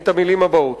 את המלים הבאות: